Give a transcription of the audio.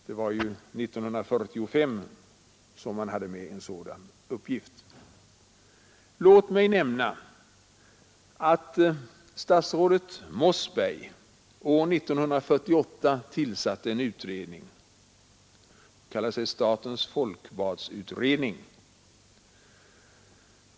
Det var ju 1945 som man hade med en sådan uppgift vid folkräkningen. Låt mig nämna att statsrådet Mossberg 1948 tillsatte en utredning som kallade sig statens folkbadsutredning.